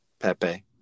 Pepe